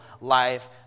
life